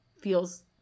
feels